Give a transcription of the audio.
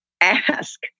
ask